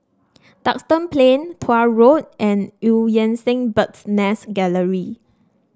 Duxton Plain Tuah Road and Eu Yan Sang Bird's Nest Gallery